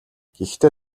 гэхдээ